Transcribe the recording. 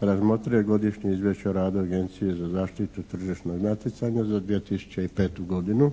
razmotrio je Godišnje izvješće o radu Agencije za zaštitu tržišnog natjecanja za 2005. godinu